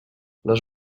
les